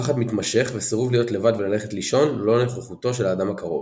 פחד מתמשך וסירוב להיות לבד וללכת לישון ללא נכחותו של האדם הקרוב.